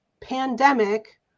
pandemic